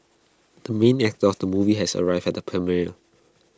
the main actor of the movie has arrived at the premiere